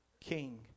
king